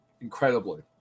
incredibly